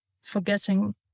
forgetting